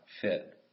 fit